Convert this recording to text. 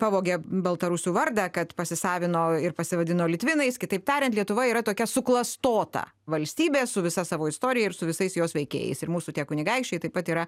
pavogė baltarusių vardą kad pasisavino ir pasivadino litvinais kitaip tariant lietuva yra tokia suklastota valstybė su visa savo istorija ir su visais jos veikėjais ir mūsų tie kunigaikščiai taip pat yra